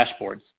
dashboards